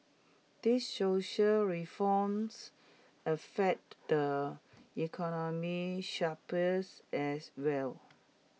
these social reforms affect the economic as well